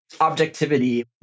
objectivity